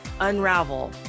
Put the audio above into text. unravel